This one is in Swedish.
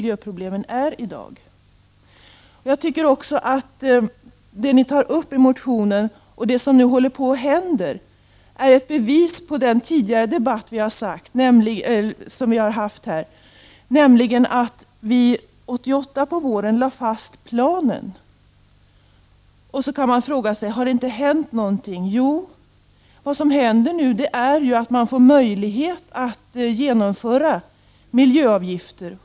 Jag tycker att det ni tar upp i motionen och det som nu håller på att hända är bevis på den tidigare debatt vi har haft, nämligen att vi 1988 på våren lade fast aktionsplanen. Man kan fråga sig om det inte har hänt något efter det. Jo, man har nu fått möjlighet att genomföra miljöavgifter.